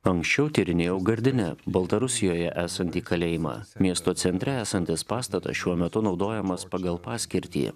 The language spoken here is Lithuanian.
anksčiau tyrinėjau gardine baltarusijoje esantį kalėjimą miesto centre esantis pastatas šiuo metu naudojamas pagal paskirtį